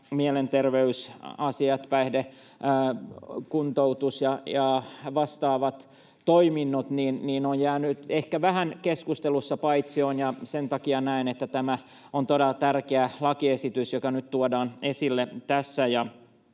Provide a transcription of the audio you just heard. mielenterveysasiat, päihdekuntoutus ja vastaavat toiminnot ovat jääneet ehkä vähän keskustelussa paitsioon, ja sen takia näen, että tämä on todella tärkeä lakiesitys, joka nyt tuodaan esille tässä.